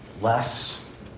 less